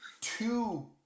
two